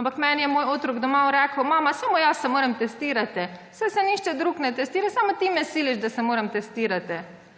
Ampak meni je moj otrok doma rekel: »Mama, samo jaz se moram testirati. Saj se nihče drug ne testira, samo ti me siliš, da se moram testirati.«